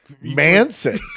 Manson